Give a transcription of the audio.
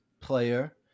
player